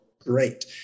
great